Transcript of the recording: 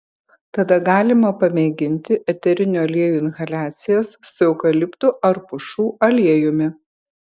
tada galima pamėginti eterinių aliejų inhaliacijas su eukaliptu ar pušų aliejumi